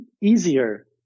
easier